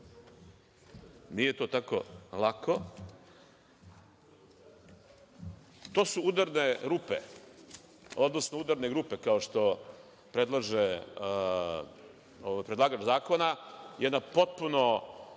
Nije to tako lako. To su udarne rupe, odnosno udarne grupe, kao što predlaže predlagač zakona, jedna potpuno